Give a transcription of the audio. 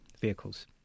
vehicles